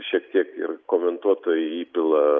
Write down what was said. šiek tiek ir komentuotojai įpila